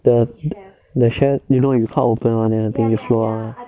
the the chef you know you open one then you show one